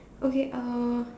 okay uh